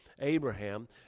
abraham